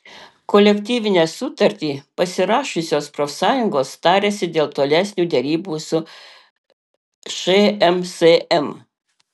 kolektyvinę sutartį pasirašiusios profsąjungos tarėsi dėl tolesnių derybų su šmsm